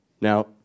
Now